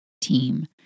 team